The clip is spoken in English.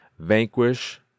Vanquish